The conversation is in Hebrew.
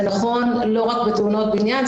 זה נכון לא רק בתאונות בניין,